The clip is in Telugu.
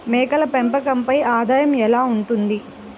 మేకల పెంపకంపై ఆదాయం ఎలా ఉంటుంది?